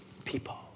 people